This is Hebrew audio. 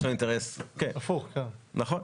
נכון.